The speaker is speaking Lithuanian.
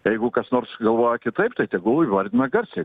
jeigu kas nors galvoja kitaip tai tegul įvardina garsiai